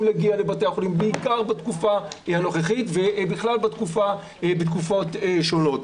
להגיע לבתי החולים בעיקר בתקופה הנוכחית ובכלל בתקופות שונות,